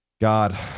God